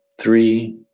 three